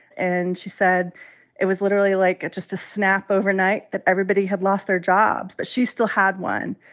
and she said it was literally like just a snap overnight that everybody had lost their jobs. but she still had one,